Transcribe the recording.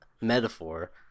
metaphor